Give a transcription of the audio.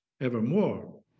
evermore